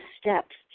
steps